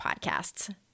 podcasts